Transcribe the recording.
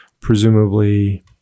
presumably